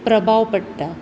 प्रभाव पडटा